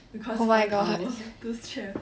because one hour to travel